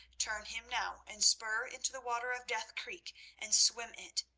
turn him now, and spur into the water of death creek and swim it.